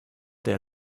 der